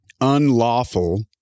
unlawful